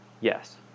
Yes